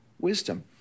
wisdom